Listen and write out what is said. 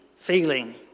feeling